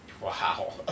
Wow